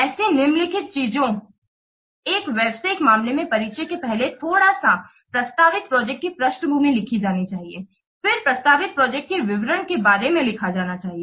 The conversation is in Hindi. ऐसी निम्नलिखित चीजें एक व्यावसायिक मामले में परिचय के पहले थोड़ा सा या प्रस्तावित प्रोजेक्ट की पृष्ठभूमि लिखी जानी चाहिए फिर प्रस्तावित प्रोजेक्ट के विवरण के बारे में लिखा जाना चाहिए